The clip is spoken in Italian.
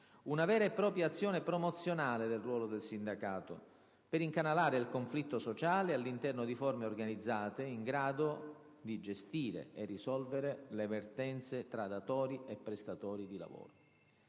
una vera e propria «azione promozionale» del ruolo del sindacato, per incanalare il conflitto sociale all'interno di forme organizzate in grado di gestire e risolvere le vertenze tra datori e prestatori di lavoro.